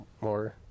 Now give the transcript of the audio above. more